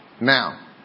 now